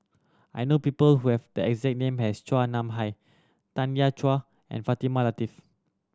I know people who have the exact name as Chua Nam Hai Tanya Chua and Fatimah Lateef